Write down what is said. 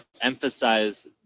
emphasize